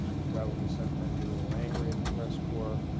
we probably sometimes get a little angry at the press corps,